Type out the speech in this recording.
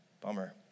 Bummer